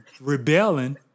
rebelling